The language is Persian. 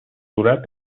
صورت